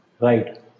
Right